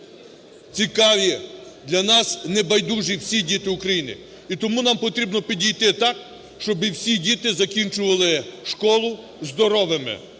цікаві, для нас небайдужі всі діти України. І тому нам потрібно підійти так, щоби всі діти закінчували школу здоровими.